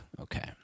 Okay